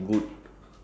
yes